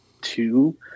two